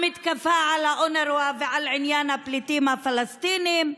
המתקפה על אונר"א ועל עניין הפליטים הפלסטינים,